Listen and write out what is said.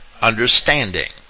understanding